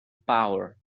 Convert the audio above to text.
power